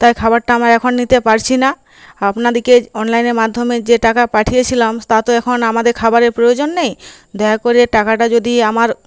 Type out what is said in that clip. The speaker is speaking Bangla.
তাই খাবারটা আমার এখন নিতে পারছি না আপনাদিকে অনলাইনের মাধ্যমে যে টাকা পাঠিয়েছিলাম তা তো এখন আমাদের খাবারের প্রয়োজন নেই দয়া করে টাকাটা যদি আমার